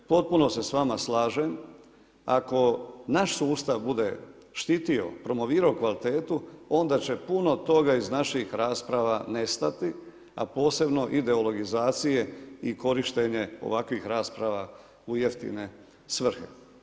Potpuno se s vama slažem ako naš sustav bude štitio, promovirao kvalitetu, onda će puno toga iz naših rasprava nestati a posebno ideologizacije i korištenje ovakvih rasprava u jeftine svrhe.